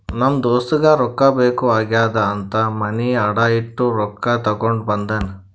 ನಮ್ ದೋಸ್ತಗ ರೊಕ್ಕಾ ಬೇಕ್ ಆಗ್ಯಾದ್ ಅಂತ್ ಮನಿ ಅಡಾ ಇಟ್ಟು ರೊಕ್ಕಾ ತಗೊಂಡ ಬಂದಾನ್